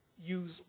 use